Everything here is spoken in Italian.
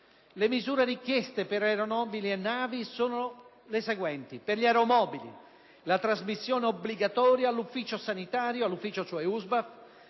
Le misure richieste per aeromobili e navi sono le seguenti. Per gli aeromobili: trasmissione obbligatoria all'Ufficio sanitario dell'aeroporto (cioè all'USMAF)